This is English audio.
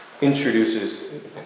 introduces